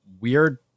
weird